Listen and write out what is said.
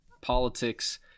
politics